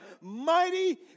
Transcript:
mighty